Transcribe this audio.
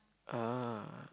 ah